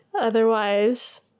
otherwise